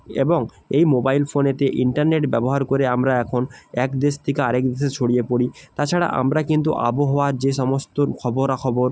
এবং এই মোবাইল ফোনেতে ইন্টারনেট ব্যবহার করে আমরা এখন এক দেশ থেকে আরেক দেশে ছড়িয়ে পড়ি তাছাড়া আমরা কিন্তু আবহাওয়ার যে সমস্ত খবরা খবর